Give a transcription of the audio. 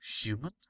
human